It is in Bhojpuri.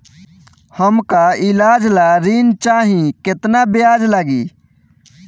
हमका ईलाज ला ऋण चाही केतना ब्याज लागी?